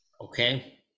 Okay